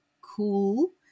cool